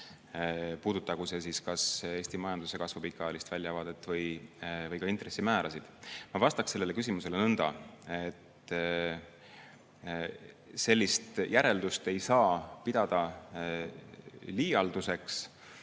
puudutagu see siis kas Eesti majanduse kasvu pikaajalist väljavaadet või intressimäärasid. Ma vastaksin sellele küsimusele nõnda: sellist järeldust ei saa pidada liialduseks,